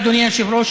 אדוני היושב-ראש,